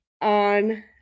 on